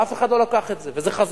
ואף אחד לא לקח את זה וזה חזר.